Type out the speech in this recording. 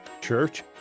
Church